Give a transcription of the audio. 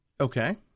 Okay